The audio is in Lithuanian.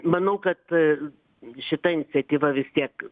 manau kad šita iniciatyva vis tiek